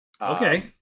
Okay